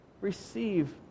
receive